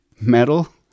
metal